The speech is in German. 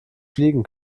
fliegen